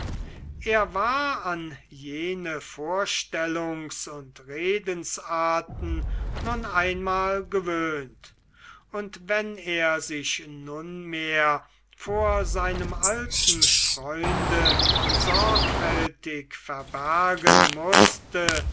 er war an jene vorstellungs und redensarten nun einmal gewöhnt und wenn er sich nunmehr vor seinem alten freunde sorgfältig verbergen mußte